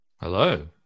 Hello